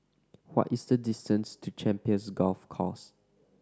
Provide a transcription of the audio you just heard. what is the distance to Champions Golf Course